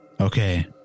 Okay